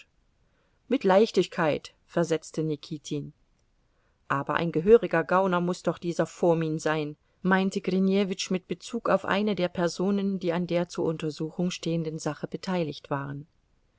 mit leichtigkeit versetzte nikitin aber ein gehöriger gauner muß doch dieser fomin sein meinte grinjewitsch mit bezug auf eine der personen die an der zur untersuchung stehenden sache beteiligt waren